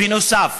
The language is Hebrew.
בנוסף,